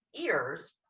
ears